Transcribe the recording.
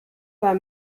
war